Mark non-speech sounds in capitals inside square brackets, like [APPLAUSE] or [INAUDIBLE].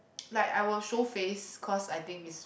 [NOISE] like I will show face cause I think is